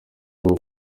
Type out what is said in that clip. bwo